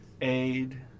aid